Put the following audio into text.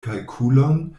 kalkulon